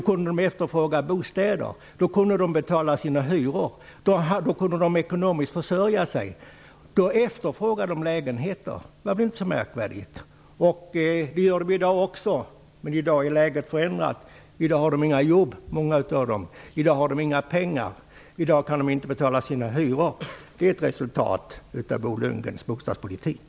De kunde efterfråga bostäder och betala sina hyror. De kunde försörja sig ekonomiskt och efterfrågade lägenheter. Det gör de visserligen också i dag, men läget är nu förändrat. Många av dem har inga jobb och inga pengar och kan inte betala sina hyror. Det är ett resultat av Bo Lundgrens bostadspolitik.